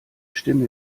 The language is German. stimme